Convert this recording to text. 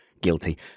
guilty